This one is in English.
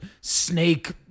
snake